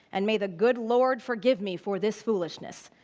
and may the good lord forgive me for this foolishness.